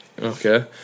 Okay